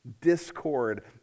discord